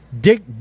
Dick